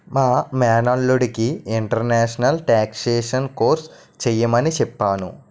మా మేనల్లుడికి international taxation course చెయ్యమని చెప్పాను